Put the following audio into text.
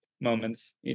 moments